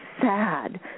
sad